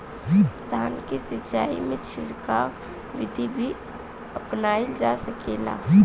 धान के सिचाई में छिड़काव बिधि भी अपनाइल जा सकेला?